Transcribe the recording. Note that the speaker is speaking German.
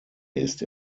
ist